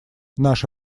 наше